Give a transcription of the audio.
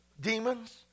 demons